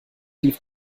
lief